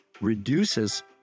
reduces